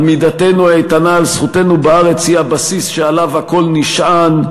עמידתנו האיתנה על זכותנו בארץ היא הבסיס שעליו הכול נשען,